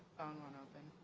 won't open.